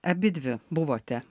abidvi buvote